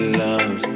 love